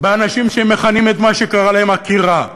באנשים שמכנים את מה שקרה להם "עקירה".